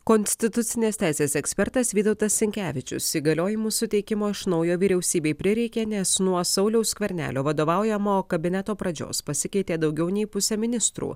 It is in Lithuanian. konstitucinės teisės ekspertas vytautas sinkevičius įgaliojimų suteikimo iš naujo vyriausybei prireikė nes nuo sauliaus skvernelio vadovaujamo kabineto pradžios pasikeitė daugiau nei pusė ministrų